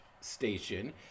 station